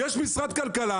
יש משרד הכלכלה,